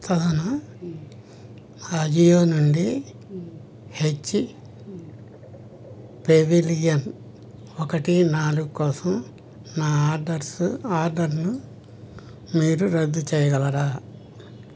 అజియో నుండి H pavilion ఒకటి నాలుగు కోసం నా ఆర్డర్స్ ఆర్డర్ను మీరు రద్దు చేయగలరా